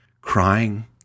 crying